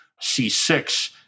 C6